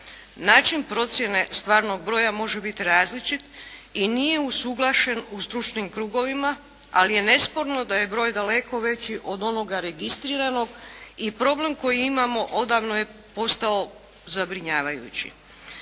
Način procjene stvarnog broja može biti različit i nije usuglašen u stručnim krugovima, ali je nesporno da je broj daleko veći od onoga registriranog i problem koji imamo odavno je postao zabrinjavajući.